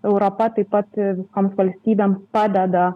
europa taip pat toms valstybėms padeda